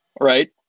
Right